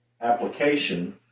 application